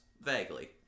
Vaguely